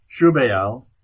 Shubael